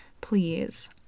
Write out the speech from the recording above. Please